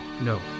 no